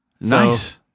nice